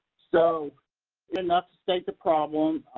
so enough to state the problem.